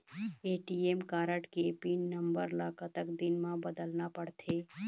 ATM card के pin number ला कतक दिन म बदलना पड़थे?